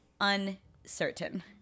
uncertain